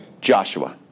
Joshua